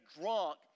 drunk